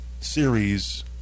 series